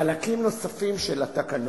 חלקים נוספים של התקנות,